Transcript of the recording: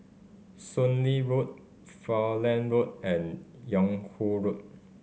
Soon Lee Road Falkland Road and Yung Ho Road